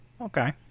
okay